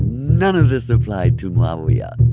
none of this applied to muawiyah.